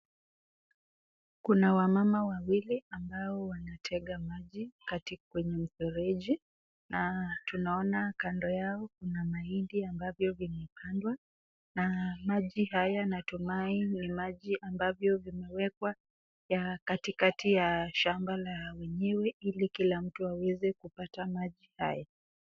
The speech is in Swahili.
Kuna wamama wawili ambao wanatega maji safi kwenye mfereji na tunaona kando yao kuna mahindi ambavyo vimepandwa na maji haya natumai ni maji ambavyo vimewekwa katikati la shamba la wenyewe ili kila mtu aweze kupata maji haya.